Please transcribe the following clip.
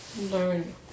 learn